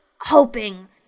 hoping